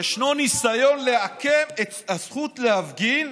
ישנו ניסיון לעקם את הזכות להפגין,